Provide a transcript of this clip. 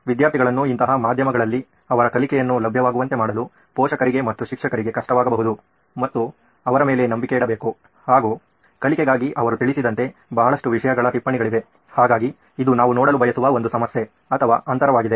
ವಿದ್ಯಾರ್ಥಿಗಳನ್ನು ಇಂತಹ ಮಾಧ್ಯಮಗಳಲ್ಲಿ ಅವರ ಕಲಿಕೆಯನ್ನು ಲಭ್ಯವಾಗುವಂತೆ ಮಾಡಲು ಪೋಷಕರಿಗೆ ಮತ್ತು ಶಿಕ್ಷಕರಿಗೆ ಕಷ್ಟವಾಗಬಹುದು ಮತ್ತು ಅವರ ಮೇಲೆ ನಂಬಿಕೆಯಿಡಬೇಕು ಹಾಗೂ ಕಲಿಕೆಗಾಗಿ ಅವರು ತಿಳಿಸಿದಂತೆ ಬಹಳಷ್ಟು ವಿಷಯಗಳ ಟಿಪ್ಪಣಿಗಳಿವೆ ಹಾಗಾಗಿ ಇದು ನಾವು ನೋಡಲು ಬಯಸುವ ಒಂದು ಸಮಸ್ಯೆ ಅಥವಾ ಅಂತರವಾಗಿದೆ